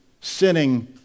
sinning